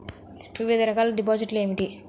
వివిధ రకాల డిపాజిట్లు ఏమిటీ?